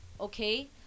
okay